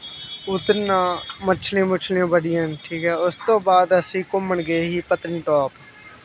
उद्धर नां मछलियां मुछलियां बड़ियां न ठीक ऐ उस तो बाद असी घूमन गे ही पत्नीटाप